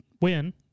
win